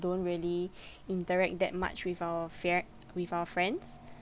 don't really interact that much with our frie~ with our friends